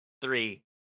Three